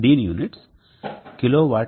దీని units kWhm2day